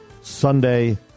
Sunday